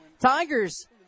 Tigers